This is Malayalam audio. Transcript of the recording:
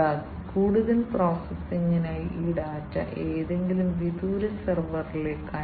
അതിനാൽ ഇവയെല്ലാം അവസാനമായി പ്രോസസ്സിംഗിനെ അടിസ്ഥാനമാക്കി ഏതെങ്കിലും തരത്തിലുള്ള പ്രവർത്തനം നടത്തേണ്ടതുണ്ട്